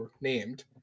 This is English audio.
named